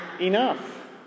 enough